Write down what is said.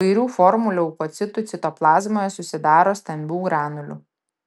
įvairių formų leukocitų citoplazmoje susidaro stambių granulių